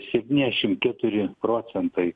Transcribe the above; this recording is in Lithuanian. septyniasdešimt keturi procentai